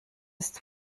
ist